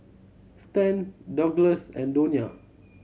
Stan Douglass and Donia